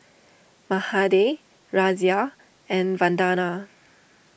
Mahade Razia and Vandana